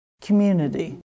community